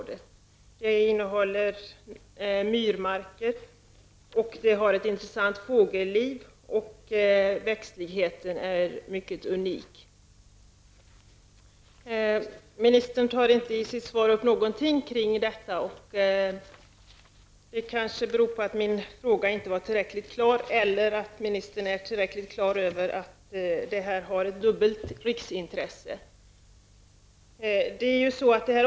Det finns myrmarker, området har ett intressant fågelliv och växtligheten är unik. Ministern tar inte upp något av detta i sitt svar. Det kan bero på att min fråga inte var tillräckligt klar eller att ministern inte är tillräcklig klar över att detta område är av dubbelt riksintresse.